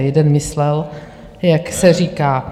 Jeden myslel, jak se říká.